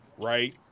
right